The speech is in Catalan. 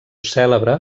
cèlebre